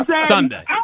Sunday